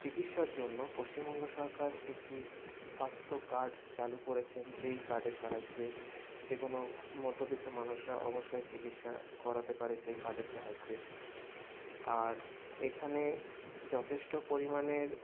চিকিৎসার জন্য পশ্চিমবঙ্গ সরকার একটি স্বাস্থ্য কার্ড চালু করেছেন যেই কার্ডের সাহায্যে যে কোনো মধ্যবিত্ত মানুষরা অবশ্যই চিকিৎসা করাতে পারে সেই কার্ডের সাহায্যে আর এখানে যথেষ্ট পরিমাণের